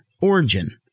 origin